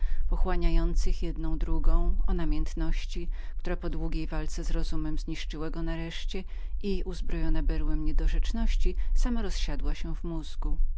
pochłaniających jedne drugą o namiętności która po długiej walce z rozumem zniszczyła go nareszcie i uzbrojona berłem niedorzeczności sama rozsiadła się w mózgu